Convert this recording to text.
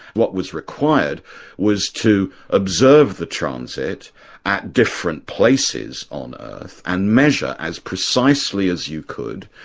what was required was to observe the transit at different places on earth and measure, as precisely as you could,